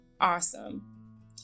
Awesome